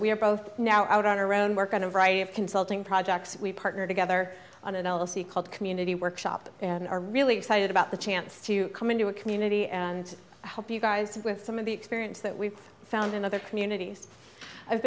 are both now out on our own work on a variety of consulting projects we partner together on an l l c called community workshop and are really excited about the chance to come into a community and help you guys with some of the experience that we've found in other communities i've